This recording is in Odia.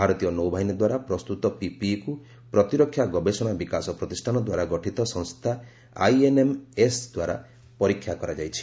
ଭାରତୀୟ ନୌବାହିନୀ ଦ୍ୱାରା ପ୍ରସ୍ତୁତ ପିପିଇକୁ ପ୍ରତିରକ୍ଷା ଗବେଷଣା ବିକାଶ ପ୍ରତିଷ୍ଠାନ ଦ୍ୱାରା ଗଠିତ ସଂସ୍ଥା ଆଇଏନ୍ଏମ୍ଏଏସ୍ ଦ୍ୱାରା ପରୀକ୍ଷା କରାଯାଇଛି